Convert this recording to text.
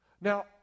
Now